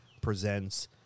presents